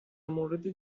مورد